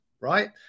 right